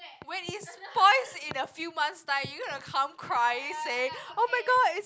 when it spoils in a few months time you gonna come crying saying oh-my-god it's